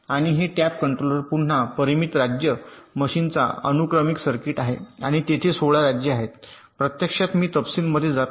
आणि हे tap controller पुन्हा परिमित राज्य मशीनचा अनुक्रमिक सर्किट आहे आणि तेथे 16 राज्ये आहेत प्रत्यक्षात मी तपशील मध्ये जात नाही